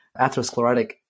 atherosclerotic